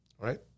Right